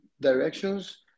directions